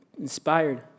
inspired